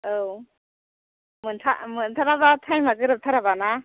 औ मोनथाराबा टाइम आ गोरोब थाराबा ना